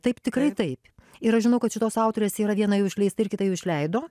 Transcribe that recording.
taip tikrai taip ir aš žinau kad šitos autorės yra viena jau išleista ir kitą jau išleido